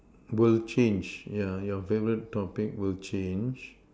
will change yeah your favorite topic will change